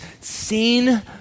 seen